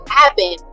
happen